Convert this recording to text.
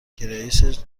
گرایش